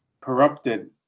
corrupted